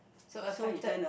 so affected